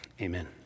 Amen